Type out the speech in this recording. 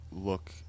look